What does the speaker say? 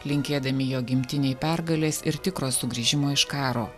linkėdami jo gimtinei pergalės ir tikro sugrįžimo iš karo